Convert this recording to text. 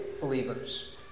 believers